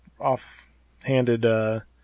off-handed